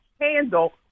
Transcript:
handle